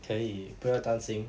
可以不要担心